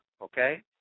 okay